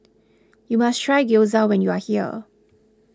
you must try Gyoza when you are here